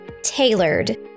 tailored